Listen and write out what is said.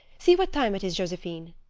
see what time it is, josephine.